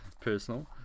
personal